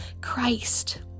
Christ